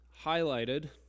highlighted